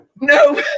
no